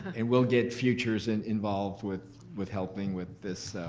and we'll get futures and involved with with helping with this